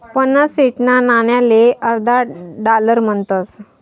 पन्नास सेंटना नाणाले अर्धा डालर म्हणतस